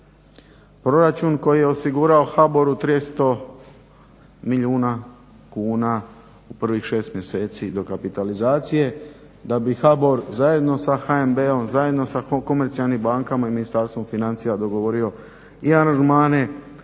proračun koji je osigurao HBOR-u 300 milijuna kuna u prvih 6 mjeseci dokapitalizacije da bi HBOR zajedno sa HNB-om, zajedno sa komercijalnim bankama i Ministarstvom financija dogovorio i aranžmane